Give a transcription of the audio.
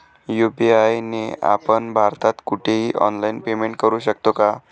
UPI ने आपण भारतात कुठेही ऑनलाईन पेमेंट करु शकतो का?